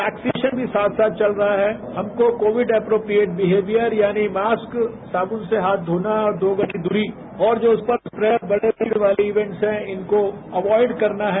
vaccination साथ साथ चल रहा है हमको कोविड एप्रोप्रियेट बिहेवियर यानी मास्क साबुन से हाथ धोना है और दो गज की दूरी और जो बड़े बड़े भीड़ वाले इवेंट्स हैं इनको अवॉयड करना है